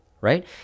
right